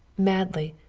madly,